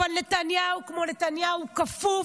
אבל נתניהו כמו נתניהו, כפוף,